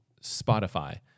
Spotify